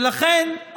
ולכן,